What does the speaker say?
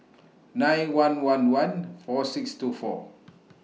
nine one one one four six two four